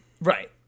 Right